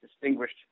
distinguished